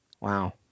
Wow